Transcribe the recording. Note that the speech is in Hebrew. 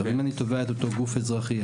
אם אני תובע את אותו גוף אזרחי,